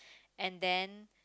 and then